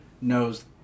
knows